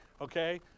okay